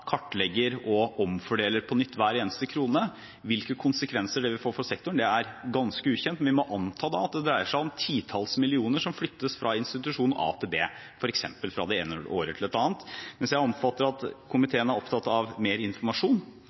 kartlegger og omfordeler på nytt hver eneste krone. Hvilke konsekvenser det vil få for sektoren, det er ganske ukjent, men vi må anta at det dreier seg om titalls millioner som flyttes fra institusjon A til B – f.eks. fra det ene året til et annet. Jeg oppfatter at komiteen er opptatt av mer informasjon